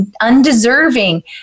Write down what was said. undeserving